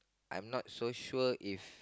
I'm not so sure if